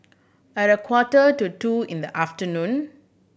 at a quarter to two in the afternoon